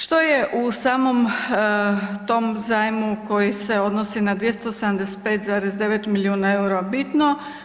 Što je u samom tom zajmu koji se odnosi na 275,9 milijuna eura bitno?